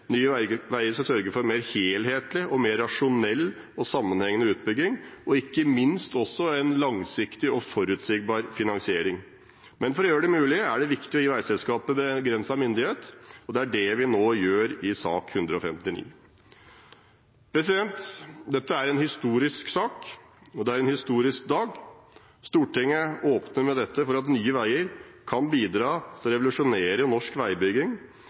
Nye Veier skal sørge for mer helhetlig og mer rasjonell og sammenhengende utbygging og ikke minst også en langsiktig og forutsigbar finansiering. Men for å gjøre det mulig, er det viktig å gi veiselskapet begrenset myndighet. Det er det vi nå gjør i forbindelse med Prop. 159 L. Dette er en historisk sak og en historisk dag. Stortinget åpner med dette for at Nye Veier kan bidra til å revolusjonere norsk veibygging,